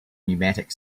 pneumatic